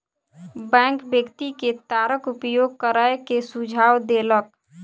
bank व्यक्ति के तारक उपयोग करै के सुझाव देलक